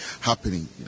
happening